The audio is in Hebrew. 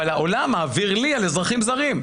אבל, העולם מעביר לי על אזרחים ישראליים.